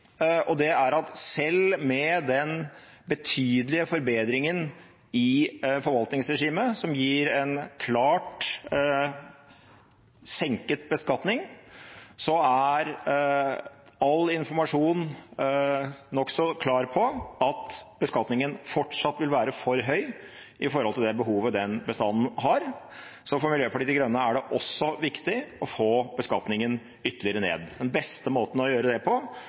og det er at selv med den betydelige forbedringen i forvaltningsregimet, som gir en klart senket beskatning, er all informasjon nokså klar på at beskatningen fortsatt vil være for høy i forhold til det behovet den bestanden har. Så for Miljøpartiet De Grønne er det også viktig å få beskatningen ytterligere ned. Den beste måten å gjøre det på